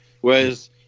Whereas